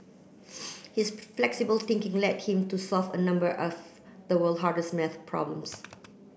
his flexible thinking led him to solve a number of the world hardest maths problems